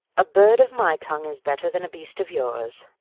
a bird of my tongue is better than a beast of yours.